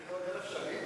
הוא יחיה עוד אלף שנים?